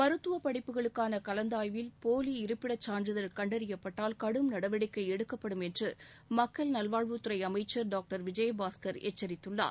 மருத்துவப் படிப்புகளுக்கான கலந்தாய்வில் போலி இருப்பிடச் சான்றிதழ் கண்டறியப்பட்டால் கடும் நடவடிக்கை எடுக்கப்படும் என்று மக்கள் நல்வாழ்வுத்துறை அமைச்சர் டாக்டர் சி விஜயபாஸ்கர் எச்சரித்துள்ளார்